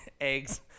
eggs